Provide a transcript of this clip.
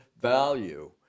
value